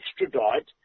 extradite